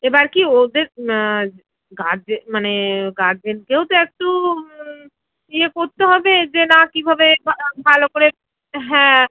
এবার কী ওদের গার্জে মানে গার্জেনকেও তো একটু ইয়ে করতে হবে যে না কীভাবে ভালো করে হ্যাঁ